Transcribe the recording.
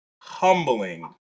humbling